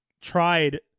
tried